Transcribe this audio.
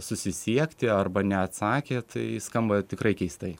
susisiekti arba neatsakė tai skamba tikrai keistai